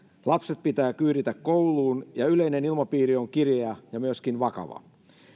lapset pitää kyyditä kouluun ja yleinen ilmapiiri on kireä ja myöskin vakava